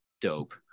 Dope